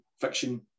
fiction